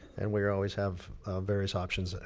and we always have various options.